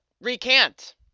recant